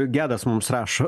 gedas mums rašo